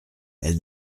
elle